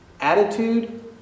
attitude